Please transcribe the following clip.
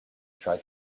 tried